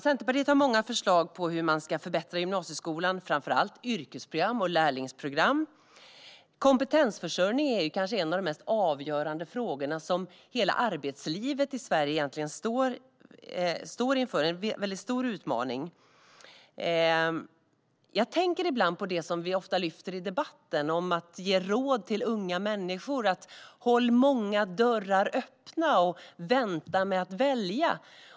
Centerpartiet har många förslag på hur man ska förbättra gymnasieskolan, framför allt vad gäller yrkesprogram och lärlingsprogram. Kompetensförsörjning är kanske en av de mest avgörande frågorna som hela arbetslivet i Sverige står inför. Det är en stor utmaning. Jag tänker ibland på det vi ofta lyfter fram i debatten, nämligen rådet till unga människor att hålla många dörrar öppna och vänta med att välja.